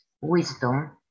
wisdom